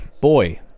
Boy